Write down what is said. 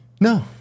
No